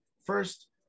First